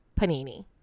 Panini